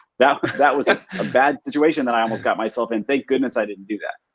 that was that was a bad situation that i almost got myself in. thank goodness i didn't do that.